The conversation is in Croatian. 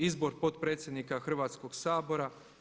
Izbor potpredsjednika Hrvatskog sabora.